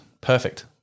perfect